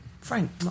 Frank